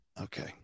Okay